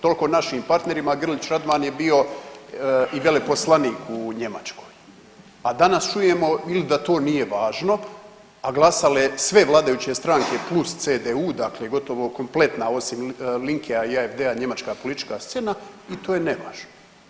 Toliko o našim partnerima, a Grlić Radman je bio i veleposlanik u Njemačkoj, a danas čujemo ili da to nije važno, a glasale sve vladajuće stranke plus CDU dakle gotovo kompletna osim Linkedlna i AFD-a njemačka politička scena i to je nevažno.